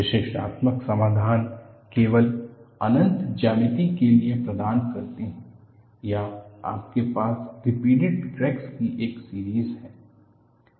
विश्लेषणात्मक समाधान केवल अनंत ज्यामिति के लिए प्रदान करते हैं या आपके पास रिपीटिड क्रैक्स की एक सीरीस है